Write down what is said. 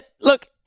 look